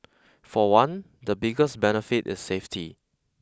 for one the biggest benefit is safety